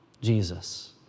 Jesus